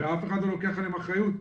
ואף אחד לא לוקח עליהם אחריות.